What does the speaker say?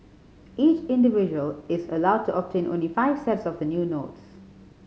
each individual is allowed to obtain only five sets of the new notes